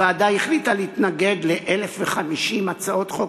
הוועדה החליטה להתנגד ל-1,050 הצעות חוק